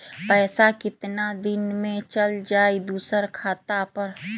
पैसा कितना दिन में चल जाई दुसर खाता पर?